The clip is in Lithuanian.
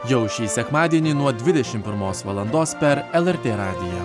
jau šį sekmadienį nuo dvidešimt pirmos valandos per lrt radiją